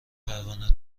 پروانه